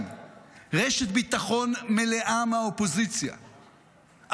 רשת ביטחון מלאה מהאופוזיציה,